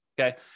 okay